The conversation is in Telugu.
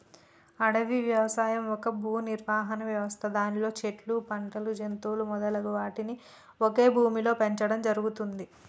అడవి వ్యవసాయం ఒక భూనిర్వహణ వ్యవస్థ దానిలో చెట్లు, పంటలు, జంతువులు మొదలగు వాటిని ఒకే భూమిలో పెంచడం జరుగుతుంది